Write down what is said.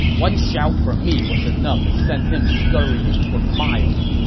one shout from me was enough to send him scurrying for miles.